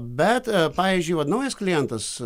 bet pavyzdžiui vat naujas klientas